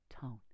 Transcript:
tone